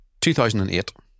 2008